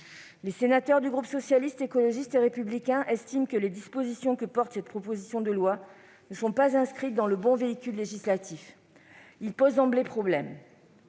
Les sénateurs du groupe Socialiste, Écologiste et Républicain estiment que les dispositions que porte cette proposition de loi ne sont pas inscrites dans le bon véhicule législatif. Celui-ci pose d'emblée problème